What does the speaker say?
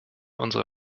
unsere